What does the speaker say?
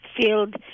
field